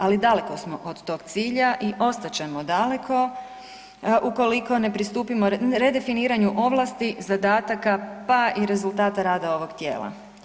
Ali daleko smo od tog cilja i ostat ćemo daleko ukoliko ne pristupimo, redefiniranju ovlasti, zadataka, pa i rezultata rada ovog tijela.